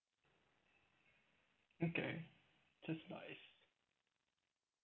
okay just nice